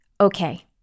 okay